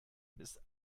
ist